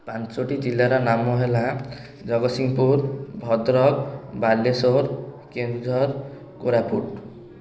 ପାଞ୍ଚଟି ଜିଲ୍ଲାର ନାମ ହେଲା ଜଗତସିଂହପୁର ଭଦ୍ରକ ବାଲେଶ୍ୱର କେନ୍ଦୁଝର କୋରାପୁଟ